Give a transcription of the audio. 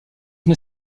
une